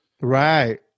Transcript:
Right